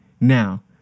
Now